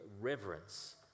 reverence